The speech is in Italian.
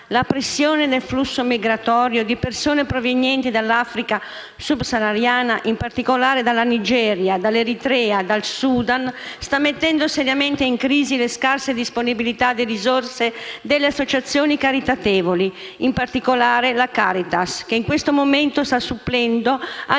la pressione del flusso migratorio di persone provenienti dall'Africa subsahariana, in particolare dalla Nigeria, dall'Eritrea e dal Sudan, sta mettendo seriamente in crisi le scarse disponibilità di risorse delle associazioni caritatevoli, in particolare la Caritas, che in questo momento stanno supplendo all'intervento